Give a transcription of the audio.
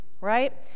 right